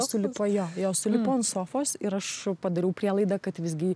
sulipo jo jo sulipo ant sofos ir aš padariau prielaidą kad visgi